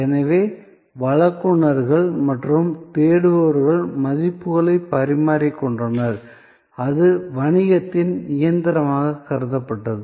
எனவே வழங்குநர்கள் மற்றும் தேடுபவர்கள் மதிப்புகளை பரிமாறிக்கொண்டனர் அது வணிகத்தின் இயந்திரமாக கருதப்பட்டது